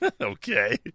Okay